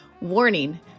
Warning